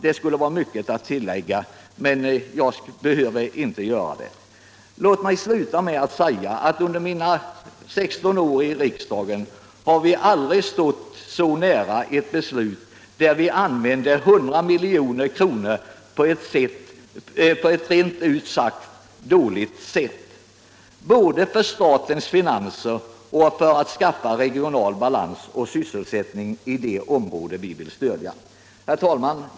Det skulle vara mycket att tillägga, men låt mig sluta med att bara säga att under mina 16 år i riksdagen har vi aldrig stått så nära ett beslut, där vi använder 100 milj.kr. på ett rent ut sagt dåligt sätt när det gäller både statens finanser och att åstadkomma regional balans och sysselsättning i det område som vi vill stödja. Herr talman!